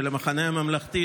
של המחנה הממלכתי,